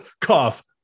cough